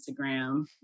Instagram